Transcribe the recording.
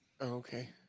Okay